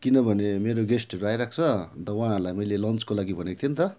किनभने मेरो गेस्टहरू आइरहेको छ अन्त उहाँहरूलाई मैले लन्चको लागि भनेको थिएँ नि त